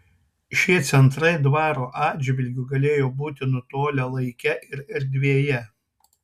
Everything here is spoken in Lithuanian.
šie centrai dvaro atžvilgiu galėjo būti nutolę laike ir erdvėje